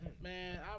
man